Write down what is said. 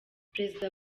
perezida